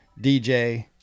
DJ